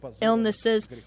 illnesses